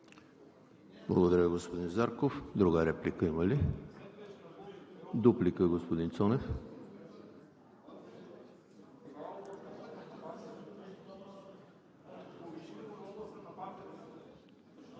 Благодаря, господин Зарков. Друга реплика има ли? Дуплика – господин Цонев. ЙОРДАН